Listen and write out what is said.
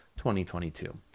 2022